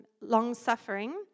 long-suffering